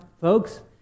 folks